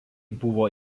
buvo